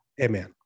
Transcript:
Amen